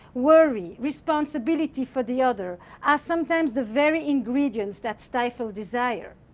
worry, responsibility for the other are sometimes the very ingredients that stifle desire.